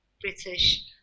British